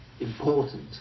Important